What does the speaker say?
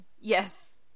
Yes